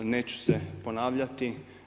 Neću se ponavljati.